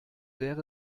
wäre